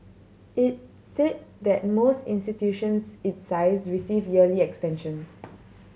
it say that most institutions its size receive yearly extensions